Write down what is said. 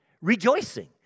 Rejoicing